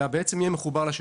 אלא יהיה מחובר לשטח.